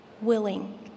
willing